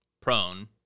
prone